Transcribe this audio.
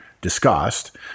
discussed